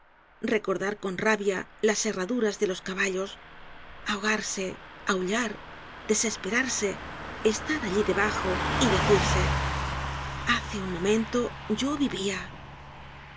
recordar con rabia las herraduras de los caballos ahogarse ahullar desesperarse estar allí debajo y decirse hace un momento yo vivia